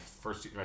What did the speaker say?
first